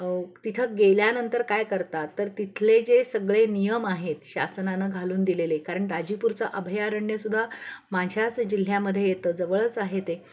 तिथं गेल्यानंतर काय करतात तर तिथले जे सगळे नियम आहेत शासनानं घालून दिलेले कारण दाजीपूरचं अभयारण्यसुद्धा माझ्याच जिल्ह्यामध्ये येतं जवळच आहे ते